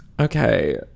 Okay